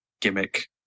gimmick